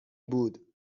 بود